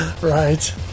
right